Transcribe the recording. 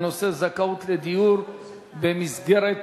בנושא: זכאות לדיור במסגרת